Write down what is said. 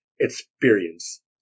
experience